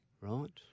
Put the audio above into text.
Right